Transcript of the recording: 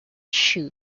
shu